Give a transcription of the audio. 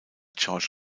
george